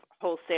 wholesale